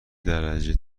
درجه